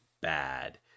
bad